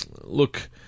Look